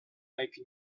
like